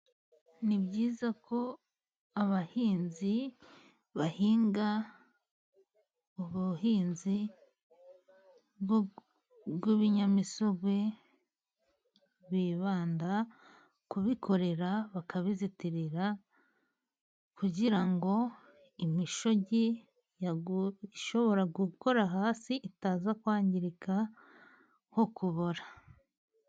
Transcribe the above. Ni byiza ko abahinzi bahinga ubuhinzi bw'ibinyamisogwe, bibanda kubikorera bakabizitirira, kugira ngo imishogi yaguye ishobora gukora hasi itaza kwangirika nko kubora.